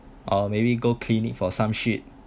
or maybe go clinic for some shit